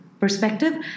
perspective